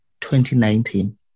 2019